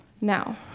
Now